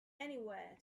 anywhere